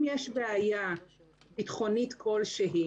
אם יש בעיה ביטחונית כלשהי